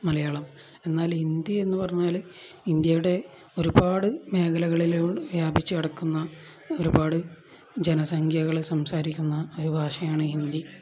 മലയാളം എന്നാൽ ഹിന്ദി എന്നു പറഞ്ഞാല് ഇന്ത്യയുടെ ഒരുപാട് മേഖലകളില് വ്യാപിച്ചുകിടക്കുന്ന ഒരുപാട് ജനസംഖ്യകള് സംസാരിക്കുന്ന ഒരു ഭാഷയാണ് ഹിന്ദി